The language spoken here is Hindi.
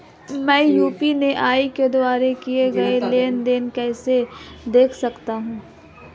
मैं यू.पी.आई के द्वारा किए गए लेनदेन को कैसे देख सकता हूं?